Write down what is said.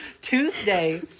Tuesday